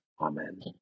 Amen